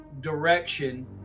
direction